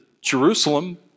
Jerusalem